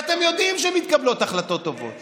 ואתם יודעים שמתקבלות החלטות טובות.